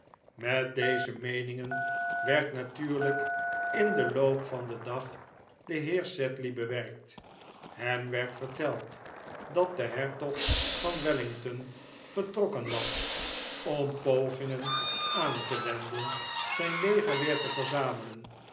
met deze meeningen werd natuurlijk in den loop van den dag de heer sedley bewerkt hem werd verteld dat de hertog van wellington vertrokken was om pogingen aan te wenden zijn leger weer te verzamelen